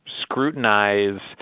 scrutinize